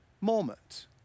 moment